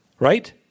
Right